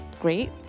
great